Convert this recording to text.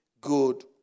good